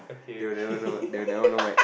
they will never know they will never know what